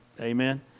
Amen